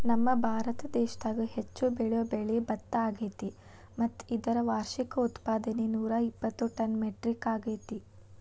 ನಮ್ಮಭಾರತ ದೇಶದಾಗ ಹೆಚ್ಚು ಬೆಳಿಯೋ ಬೆಳೆ ಭತ್ತ ಅಗ್ಯಾತಿ ಮತ್ತ ಇದರ ವಾರ್ಷಿಕ ಉತ್ಪಾದನೆ ನೂರಾಇಪ್ಪತ್ತು ಟನ್ ಮೆಟ್ರಿಕ್ ಅಗ್ಯಾತಿ